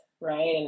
right